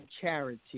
charity